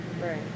Right